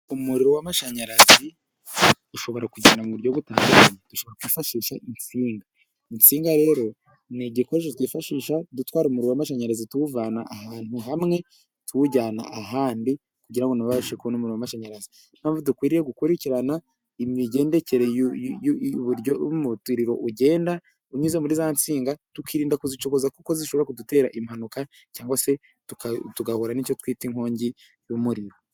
Umuriro w'amashanyarazi ushobora ku kugenda mu buryo butandukanye, ushobora kwifashisha insinga. Inishinga rero ni igikoresho twifashisha dutwara umuriro w'amashanyarazi, tuwuvana ahantu hamwe tuwujyana ahandi kugira ngo na bo babashe kubona umuriro w'amashanyarazi, ni yo mpamvu dukwiriye gukurikirana imigendekere, uburyo umuriro ugenda unyuze muri za nsinga, tukirinda kuzicokoza kuko zishobora kudutera impanuka, cyangwa se tugahura n'icyo twita inkongi y'umuriro.